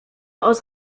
aus